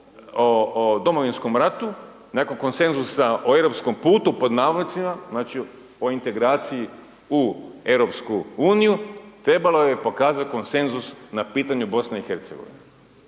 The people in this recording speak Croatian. o Domovinskom ratu, nakon konsenzusa o europskom putu pod navodnicima, znači o integraciji u Europsku uniju, trebalo je pokazat konsenzus na pitanju Bosne